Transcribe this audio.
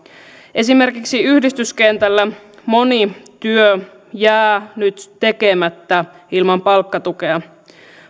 esimerkiksi yhdistyskentällä moni työ jää nyt tekemättä ilman palkkatukea